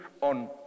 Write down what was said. on